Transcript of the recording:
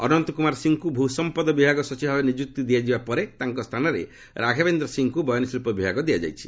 ଅନନ୍ତ କୁମାର ସିଂହଙ୍କୁ ଭୂସଂପଦ ବିଭାଗ ସଚିବ ଭାବେ ନିଯୁକ୍ତି ଦିଆଯିବା ପରେ ତାଙ୍କ ସ୍ଥାନରେ ରାଘବେନ୍ଦ୍ର ସିଂହଙ୍କୁ ବୟନଶିଳ୍ପ ବିଭାଗ ଦିଆଯାଇଛି